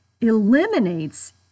eliminates